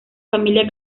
familia